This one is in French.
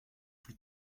plus